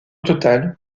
total